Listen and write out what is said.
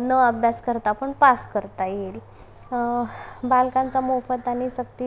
न अभ्यास करता पण पास करता येईल बालकांचा मोफत आणि सक्तीत